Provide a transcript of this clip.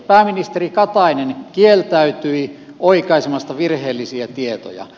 pääministeri katainen kieltäytyi oikaisemasta virheellisiä tietoja